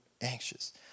anxious